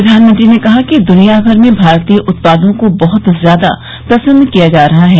प्रधानमंत्री ने कहा कि दुनियाभर में भारतीय उत्पादों को बहुत ज्यादा पसन्द किया जा रहा है